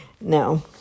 No